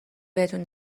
بهتون